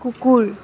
কুকুৰ